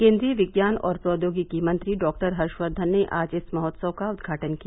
केंद्रीय विज्ञान और प्रौद्योगिकी मंत्री डॉक्टर हर्षवर्धन ने आज इस महोत्सव का उद्घाटन किया